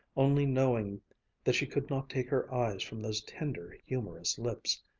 only knowing that she could not take her eyes from those tender, humorous lips.